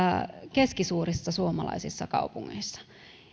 keskisuurissa suomalaisissa kaupungeissa